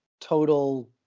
total